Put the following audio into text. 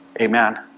Amen